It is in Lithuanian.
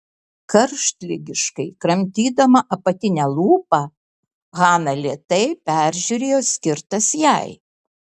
karštligiškai kramtydama apatinę lūpą hana lėtai peržiūrėjo skirtas jai